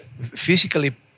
physically